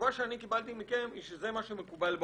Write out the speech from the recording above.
התשובה שקיבלתי מכם היא שזה מה שמקובל בעולם.